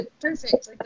perfect